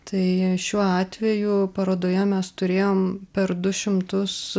tai šiuo atveju parodoje mes turėjom per du šimtus